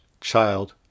child